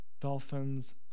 Dolphins